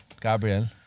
Gabriel